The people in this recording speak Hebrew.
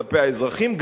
כלפי האזרחים,